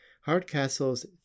Hardcastle's